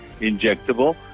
injectable